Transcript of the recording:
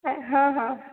ହଁ ହଁ